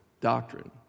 doctrine